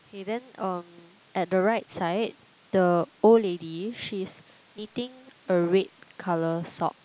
okay then um at the right side the old lady she's knitting a red colour sock